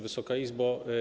Wysoka Izbo!